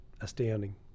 astounding